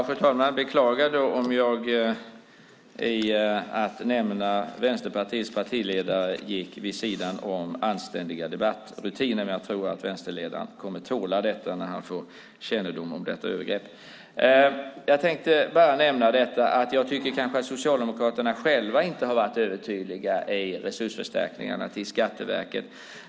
Fru talman! Jag beklagar om jag genom att nämna Vänsterpartiets partiledare gick vid sidan av anständiga debattrutiner. Jag tror vänsterledaren kommer att tåla det när han får kännedom om detta övergrepp. Jag tycker kanske att Socialdemokraterna själva inte har varit övertydliga när det gäller resursförstärkningarna till Skatteverket.